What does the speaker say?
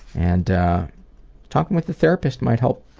and talking with a therapist might help.